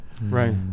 Right